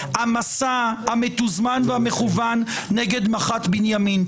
המסע המתוזמן והמכוון נגד מח"ט בנימין.